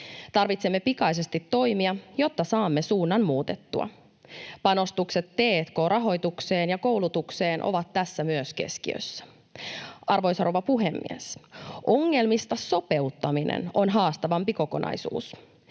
Tarvitsemme pikaisesti toimia, jotta saamme suunnan muutettua. Myös panostukset t&k-rahoitukseen ja koulutukseen ovat tässä keskiössä. Arvoisa rouva puhemies! Ongelmista sopeuttaminen on haastavampi kokonaisuus.